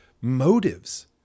motives